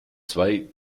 zwei